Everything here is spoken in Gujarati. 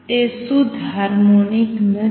તે શુધ્ધ હાર્મોનિક નથી